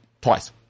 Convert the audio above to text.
Twice